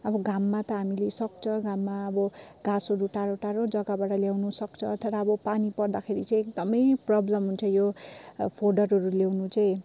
अब घाममा त हामीले सक्छ घाममा अब घाँसहरू टाढो टाढो जग्गाबाट ल्याउनुसक्छ तर अब पानी पर्दाखेरि चाहिँ एकदमै प्रब्लम हुन्छ यो फोडरहरू ल्याउनु चाहिँ